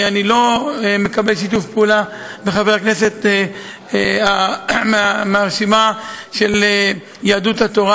אני לא מקבל שיתוף פעולה מחברי הכנסת מהרשימה של יהדות התורה.